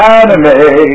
anime